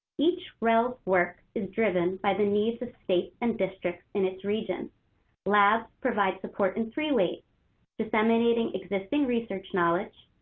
each rel's work is driven by the needs of states and districts and its region. the labs provide support in three ways disseminating existing research knowledge,